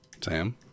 Sam